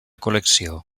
col·lecció